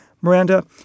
Miranda